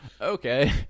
okay